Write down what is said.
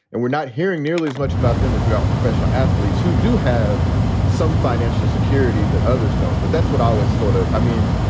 and we're not hearing nearly as much about them as we are professional athletes who do have some financial security that others don't. but that's what i always sort of i mean,